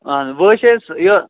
اَہَن حظ وۄنۍ حظ چھِ أسۍ یہِ